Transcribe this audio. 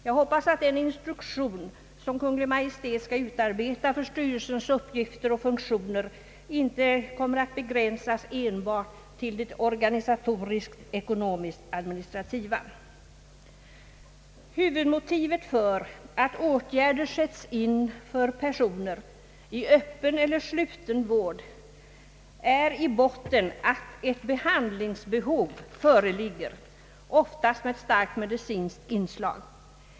Jag hoppas att den instruktion som Kungl. Maj:t skall utarbeta för styrelsens uppgifter och funktioner inte kommer att begränsas enbart till det organisatoriskt-ekonomiskt administrativa. Huvudmotivet för att åtgärder sättes ip för personer i öppen eller sluten vård är att i botten ett behandlingsbehov föreligger, oftast med ett starkt medicinskt inslag.